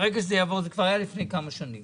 שברגע שזה יעבור זה כבר היה לפני כמה שנים